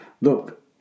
Look